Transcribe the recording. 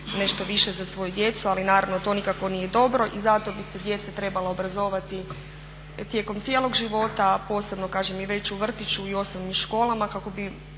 nešto više za svoju djecu, ali naravno to nikako nije dobro i zato bi se djeca trebala obrazovati tijekom cijelog života a posebno kažem i već u vrtiću i osnovnim školama kako bi